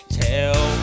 tell